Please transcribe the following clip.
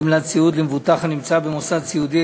גמלת סיעוד למבוטח הנמצא במוסד סיעודי),